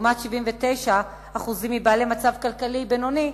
לעומת 79% מקרב בעלי מצב כלכלי בינוני,